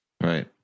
Right